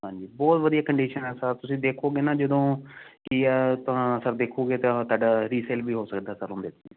ਹਾਂਜੀ ਬਹੁਤ ਵਧੀਆ ਕੰਡੀਸ਼ਨ ਐ ਸਰ ਤੁਸੀਂ ਦੇਖੋਗੇ ਨਾ ਜਦੋਂ ਕੀ ਐ ਤਾਂ ਸਰ ਦੇਖੋਗੇ ਤਾਂ ਤਾਡਾ ਰੀਸੇਲ ਵੀ ਹੋ ਸਕਦਾ ਸਰ ਉਨ ਦੇ ਵਿੱਚ